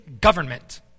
government